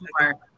more